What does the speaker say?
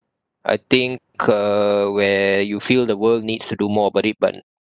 I think uh where you feel the world needs to do more about it but